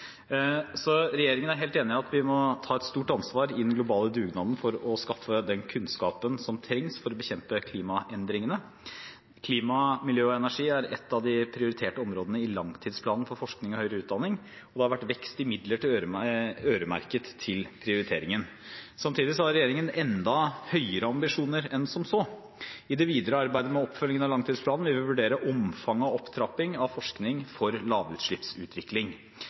Regjeringen er helt enig i at vi må ta et stort ansvar i den globale dugnaden for å skaffe den kunnskapen som trengs for å bekjempe klimaendringene. Klima, miljø og energi er et av de prioriterte områdene i Langtidsplan for forskning og høyere utdanning, og det har vært vekst i midler øremerket prioriteringen. Samtidig har regjeringen enda høyere ambisjoner enn som så. I det videre arbeidet med oppfølgingen av langtidsplanen vil vi vurdere omfanget av opptrapping av forskning for lavutslippsutvikling.